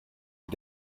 die